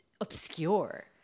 obscure